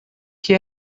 que